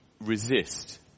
resist